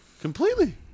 Completely